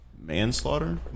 Manslaughter